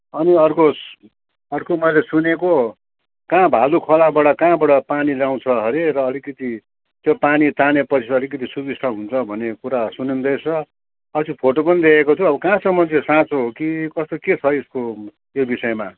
अनि अर्को अर्को मैले सुनेको कहाँ भालु खोलाबाट कहाँबाट पानी ल्याउँछ अरे र अलिकति त्यो पानी ताने पछि त अलिकति सुविस्ता हुन्छ भन्ने कुरा सुनिँदैँछ अस्ति फोटो पनि देखेको थियो अब कहाँसम्म चाहिँ साँचो हो कि कस्तो के छ यसको यो विषयमा